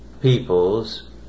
people's